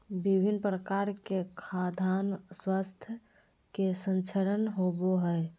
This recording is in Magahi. विभिन्न प्रकार के खाद्यान स्वास्थ्य के संरक्षण होबय हइ